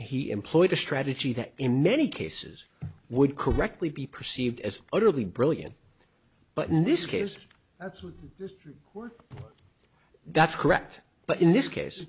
he employed a strategy that in many cases would correctly be perceived as utterly brilliant but in this case that's just that's correct but in this case